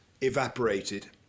evaporated